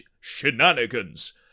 shenanigans